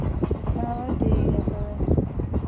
ᱚ ᱴᱷᱤᱠ ᱜᱮᱭᱟ ᱛᱚᱵᱮ